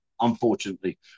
unfortunately